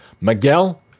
Miguel